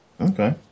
Okay